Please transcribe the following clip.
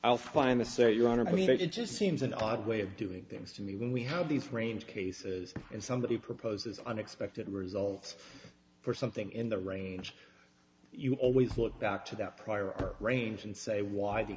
i'll find the say your honor i mean it just seems an odd way of doing things to me when we have these range cases and somebody proposes unexpected results for something in the range you always look back to that prior range and say why the